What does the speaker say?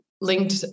linked